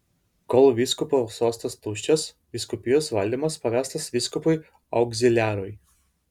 kol vyskupo sostas tuščias vyskupijos valdymas pavestas vyskupui augziliarui